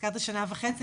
הזכרת שנה וחצי,